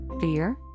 Fear